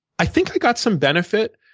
i think i got some benefit,